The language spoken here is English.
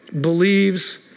Believes